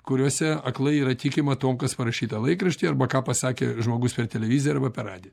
kuriose aklai yra tikima tuo kas parašyta laikraštyje arba ką pasakė žmogus per televiziją arba per radiją